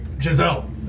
Giselle